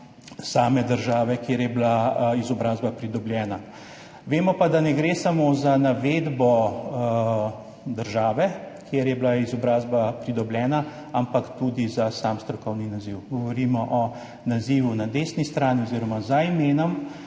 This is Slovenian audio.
same države, kjer je bila izobrazba pridobljena. Vemo pa, da ne gre samo za navedbo države, kjer je bila izobrazba pridobljena, ampak tudi za sam strokovni naziv. Govorimo o nazivu na desni strani oziroma za imenom.